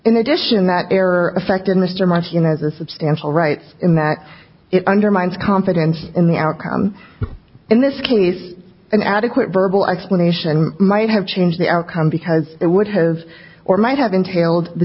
that error affected mr much you know as a substantial rights in that it undermines confidence in the outcome in this case an adequate verbal explanation might have changed the outcome because it would have or might have entailed the